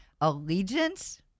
allegiance